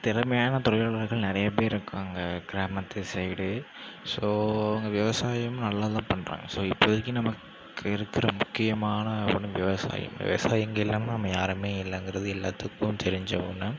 திறமையான தொழிலாளர்கள் நிறையா பேர் இருக்காங்க கிராமத்து சைடு ஸோ விவசாயம் நல்லா தான் பண்ணுறாங்க ஸோ இப்போதிக்கு நமக்கு இருக்கிற முக்கியமான ஒன்று விவசாயம் விவசாயம் இங்கே இல்லைனா நம்ம யாருமே இல்லைங்குறது எல்லாத்துக்கும் தெரிஞ்ச ஒன்று